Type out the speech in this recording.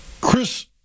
Chris